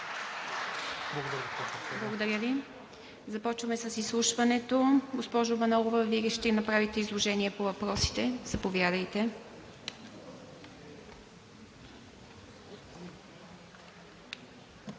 Благодаря Ви. Започваме с изслушването. Госпожо Манолова, Вие ли ще направите изложение по въпросите? Заповядайте.